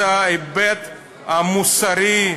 זה ההיבט המוסרי,